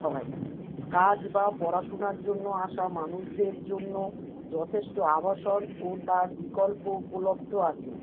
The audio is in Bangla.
হয় কাজ বা পড়াশুনার জন্য আসা মানুষদের জন্য যথেষ্ট আবাসন ও তার বিকল্প উপলব্ধ আছে